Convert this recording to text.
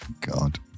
god